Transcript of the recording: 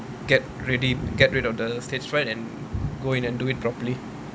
get ready get rid of the stage fright and go in and do it properly